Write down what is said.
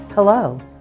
Hello